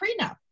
prenup